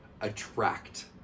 attract